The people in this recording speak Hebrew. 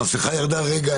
המסכה ירדה רגע,